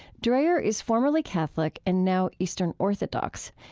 dreher is formerly catholic and now eastern orthodox.